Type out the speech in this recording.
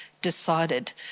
decided